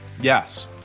Yes